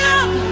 up